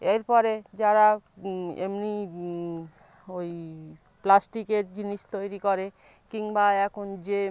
এরপরে যারা এমনি ওই প্লাস্টিকের জিনিস তৈরি করে কিংবা এখন যে